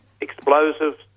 explosives